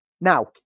now